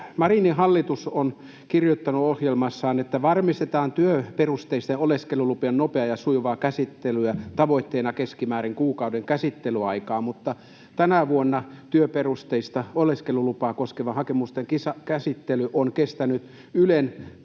Marinin hallitus on kirjoittanut ohjelmassaan, että varmistetaan työperusteisten oleskelulupien nopea ja sujuva käsittely tavoitteena keskimäärin kuukauden käsittelyaika. Mutta tänä vuonna työperusteista oleskelulupaa koskevien hakemusten käsittely on kestänyt Ylen tutkimusten